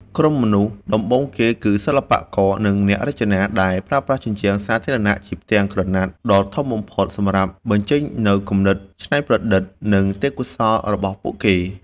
ក្រុមមនុស្សដំបូងគេគឺ សិល្បករ និងអ្នករចនា ដែលប្រើប្រាស់ជញ្ជាំងសាធារណៈជាផ្ទាំងក្រណាត់ដ៏ធំសម្រាប់បញ្ចេញនូវគំនិតច្នៃប្រឌិត និងទេពកោសល្យរបស់ពួកគេ។